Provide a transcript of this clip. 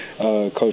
Coach